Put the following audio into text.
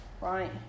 right